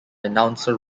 announcer